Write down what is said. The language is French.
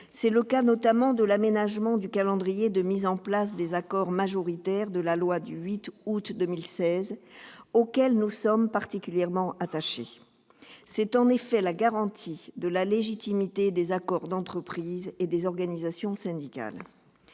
C'est le cas notamment de l'aménagement du calendrier de mise en place des accords majoritaires de la loi du 8 août 2016 auxquels nous sommes particulièrement attachés. C'est en effet la garantie de la légitimité des accords d'entreprise et des organisations syndicales.